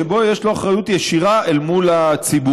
שבו יש לו אחריות ישירה אל מול הציבור.